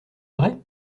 vrai